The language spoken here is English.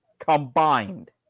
combined